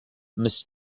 miss